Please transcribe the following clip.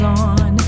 on